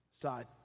side